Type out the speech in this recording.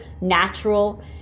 natural